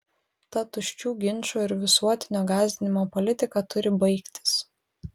ta tuščių ginčų ir visuotinio gąsdinimo politika turi baigtis